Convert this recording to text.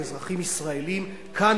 כאזרחים ישראלים כאן,